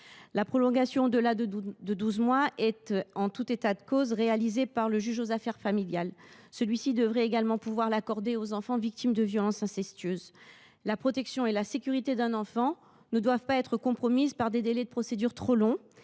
La prolongation au delà de douze mois est, en tout état de cause, décidée par le juge aux affaires familiales. Celui ci devrait également pouvoir l’accorder aux enfants victimes de violences incestueuses. La protection et la sécurité d’un enfant ne peuvent être compromises par des délais de procédure trop longs.